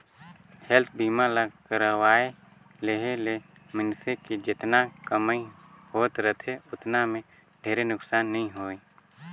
health बीमा ल करवाये लेहे ले मइनसे के जेतना कमई होत रथे ओतना मे ढेरे नुकसानी नइ होय